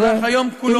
במהלך היום כולו,